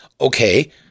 okay